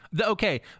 Okay